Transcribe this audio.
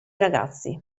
ragazzi